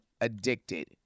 addicted